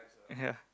ya